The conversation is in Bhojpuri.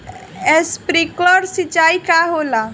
स्प्रिंकलर सिंचाई का होला?